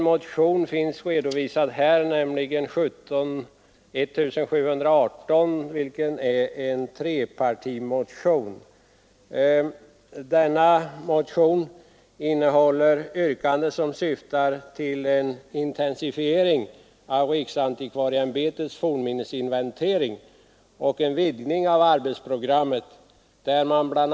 Motionen 1718 är en trepartimotion och innehåller yrkanden som syftar till en intensifiering av riksantikvarieämbetets fornminnesinventering och en vidgning av arbetsprogrammet. Bl.